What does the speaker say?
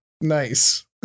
Nice